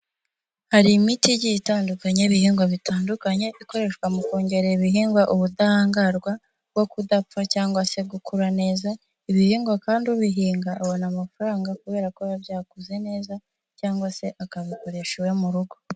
Hari imiti igiye itandukanye y'ibihingwa bitandukanye, ikoreshwa mu kongerare ibihingwa ubudahangarwa, bwo kudapfa cyangwa se gukura neza. Ibi bihingwa kandi ubihinga abona amafaranga kubera ko ya byaku neza, cyangwa se akabikoresha iwe mu rugo.